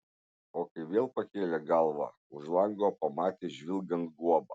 o kai vėl pakėlė galvą už lango pamatė žvilgant guobą